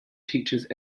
teachers